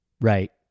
right